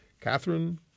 Catherine